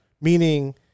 Meaning